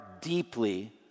deeply